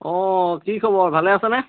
অ' কি খবৰ ভালে আছেনে